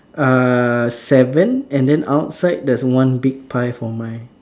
err seven and then outside there's one big pie for mine